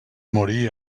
morí